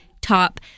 top